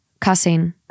cussing